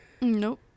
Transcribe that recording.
Nope